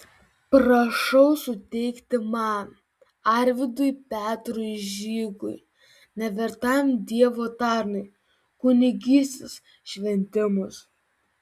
prašau suteikti man arvydui petrui žygui nevertam dievo tarnui kunigystės šventimus